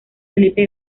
felipe